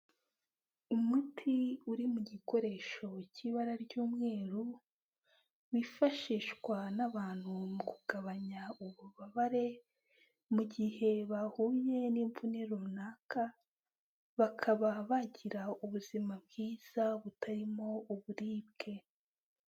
Umuti uri mu gikoresho k'ibara ry'umweru, wifashishwa n'abantu mu kugabanya ububabare mu gihe bahuye n'imvune runaka, bakaba bagira ubuzima bwiza butarimo uburibwe.